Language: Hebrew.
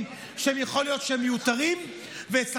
לא נכון.